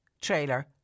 trailer